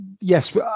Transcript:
yes